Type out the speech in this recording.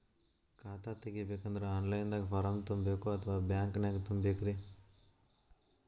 ಖಾತಾ ತೆಗಿಬೇಕಂದ್ರ online ದಾಗ ಫಾರಂ ತುಂಬೇಕೊ ಅಥವಾ ಬ್ಯಾಂಕನ್ಯಾಗ ತುಂಬ ಬೇಕ್ರಿ?